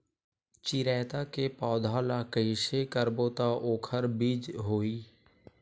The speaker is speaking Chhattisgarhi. चिरैता के पौधा ल कइसे करबो त ओखर बीज होई?